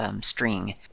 string